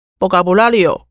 Vocabulario